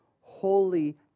holy